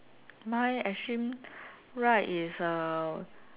my extreme right is uh